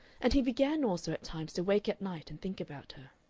and he began also at times to wake at night and think about her.